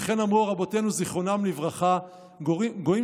וכן אמרו רבותינו זיכרונם לברכה: 'גויים